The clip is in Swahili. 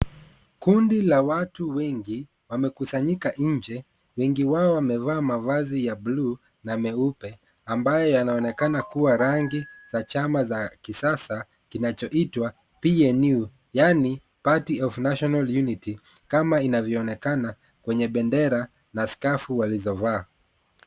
Kundi la watu wengi wamekusanyika nje wengi wao wamevaa mavazi ya bluu na meupe ambayo yanaonekana kuwa rangi za chama za kisasa kinachoitwa PNU, yaani Party of National Unity, kama inavyoonekana kwenye bendera na skafu walizovaa.